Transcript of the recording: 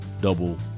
double